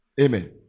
Amen